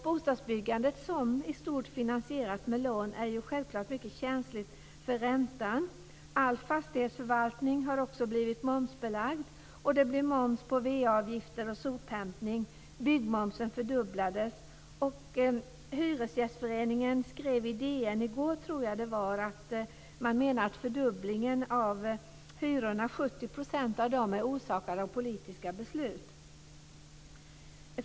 Bostadsbyggandet, som i stort är finansierat med lån, är ju självklart mycket känsligt för räntan. All fastighetsförvaltning har också blivit momsbelagd liksom VA-avgifter och sophämtning, och byggmomsen har fördubblats. Hyresgästföreningen skriver i DN i dag att 70 % av de hyror som fördubblats är orsakade av politiska beslut.